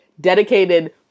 dedicated